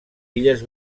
illes